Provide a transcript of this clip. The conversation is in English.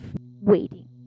waiting